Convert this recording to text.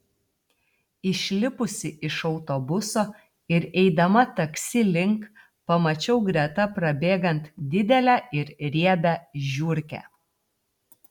išlipusi iš autobuso ir eidama taksi link pamačiau greta prabėgant didelę ir riebią žiurkę